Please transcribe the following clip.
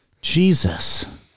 Jesus